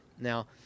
Now